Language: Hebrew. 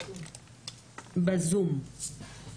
בזום.